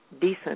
decent